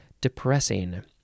depressing